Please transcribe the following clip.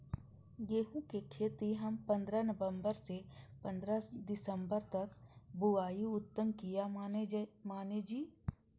गेहूं के खेती हम पंद्रह नवम्बर से पंद्रह दिसम्बर तक बुआई उत्तम किया माने जी?